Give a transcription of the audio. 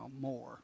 more